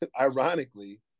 ironically